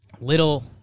Little